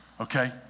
okay